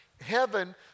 Heaven